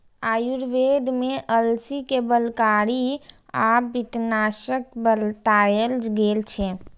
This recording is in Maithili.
आयुर्वेद मे अलसी कें बलकारी आ पित्तनाशक बताएल गेल छै